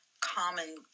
common